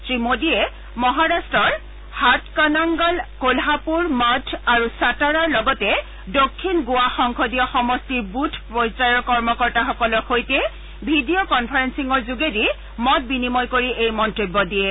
শ্ৰীমোডীয়ে মহাৰাট্টৰ হাটকানাংগালকোলহাপুৰ মধ আৰু ছাটাড়াৰ লগতে দক্ষিণ গোৱা সংসদীয় সমষ্টিৰ বুথ পৰ্যায়ৰ কৰ্মকৰ্তাসকলৰ সৈতে ভিডিঅ কনফাৰেলিঙৰ যোগেদি মত বিনিময় কৰি এই মন্তব্য দিয়ে